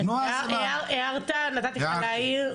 הערת, נתתי לך להעיר.